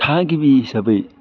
थागिबि हिसाबै